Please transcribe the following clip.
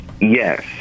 Yes